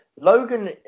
logan